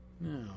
No